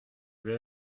vais